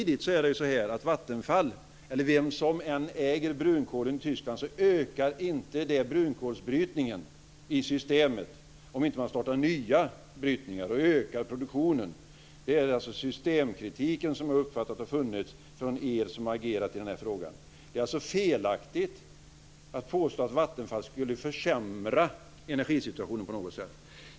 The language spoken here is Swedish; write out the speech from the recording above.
Det faktum att Vattenfall äger brunkolen i Tyskland gör inte att brunkolsbrytningen ökar, såvida man inte startar nya brytningar och ökar produktionen. Det är så jag har uppfattat kritiken från er som har agerat i denna fråga. Det är felaktigt att påstå att Vattenfall skulle försämra energisituationen på något sätt.